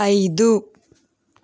ఐదు